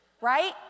Right